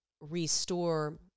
restore